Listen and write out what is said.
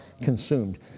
consumed